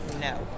no